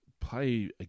play